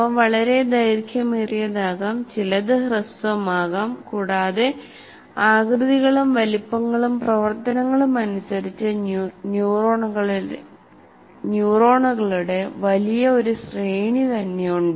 അവ വളരെ ദൈർഘ്യമേറിയതാകാം ചിലത് ഹ്രസ്വമാകാം കൂടാതെ ആകൃതികളും വലുപ്പങ്ങളും പ്രവർത്തനങ്ങളും അനുസരിച്ച് ന്യൂറോണുകളുടെ വലിയ ഒരു ശ്രേണി മുഴുവനും ഉണ്ട്